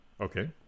Okay